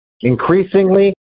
Increasingly